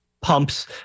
pumps